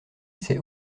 c’est